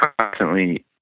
constantly